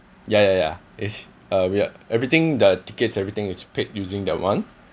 ya ya ya it's uh we're everything the tickets everything is paid using that one